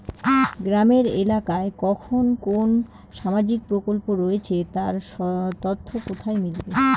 গ্রামের এলাকায় কখন কোন সামাজিক প্রকল্প রয়েছে তার তথ্য কোথায় মিলবে?